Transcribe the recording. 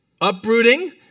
uprooting